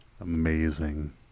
Amazing